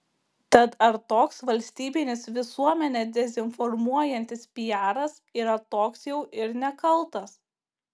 tad ar toks valstybinis visuomenę dezinformuojantis piaras yra toks jau ir nekaltas